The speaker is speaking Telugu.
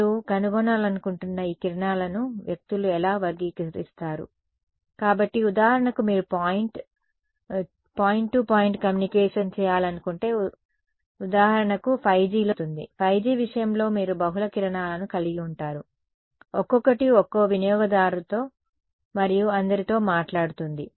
మీరు కనుగొనాలనుకుంటున్న ఈ కిరణాలను వ్యక్తులు ఎలా వర్గీకరిస్తారు కాబట్టి ఉదాహరణకు మీరు పాయింట్ టు పాయింట్ కమ్యూనికేషన్ చేయాలనుకుంటే ఉదాహరణకు 5Gలో జరుగుతుంది 5G విషయంలో మీరు బహుళ కిరణాలను కలిగి ఉంటారు ఒక్కొక్కటి ఒక్కో వినియోగదారుతో మరియు అందరితో మాట్లాడుతుంది